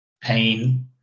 pain